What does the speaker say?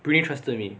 pretty interested me